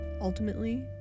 ultimately